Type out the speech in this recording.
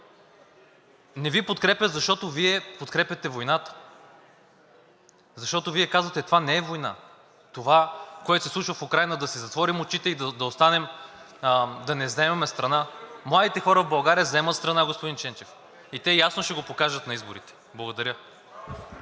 не Ви подкрепят, защото Вие подкрепяте войната. Защото Вие казвате: това не е война, за това, което се случва в Украйна, да си затворим очите и да не заемаме страна. Младите хора в България заемат страна, господин Ченчев, и те ясно ще го покажат на изборите. Благодаря.